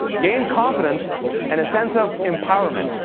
gained confidence and a sense of empowerment,